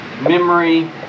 Memory